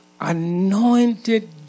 anointed